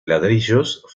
ladrillos